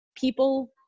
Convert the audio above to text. people